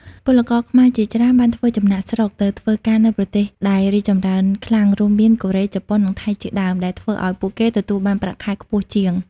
ពលករខ្មែរជាច្រើនបានធ្វើចំណាកស្រុកទៅធ្វើការនៅប្រទេសដែលរីកចម្រើនខ្លាំង រួមមានកូរ៉េ ជប៉ុន និងថៃជាដើម ដែលធ្វើឲ្យពួកគេទទួលបានប្រាក់ខែខ្ពស់ជាង។